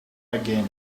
again